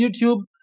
YouTube